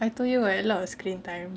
I told you [what] a lot of screen time